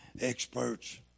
experts